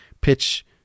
pitch